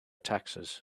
taxes